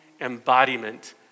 embodiment